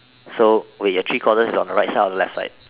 so wait your three quarters is on the right side or left side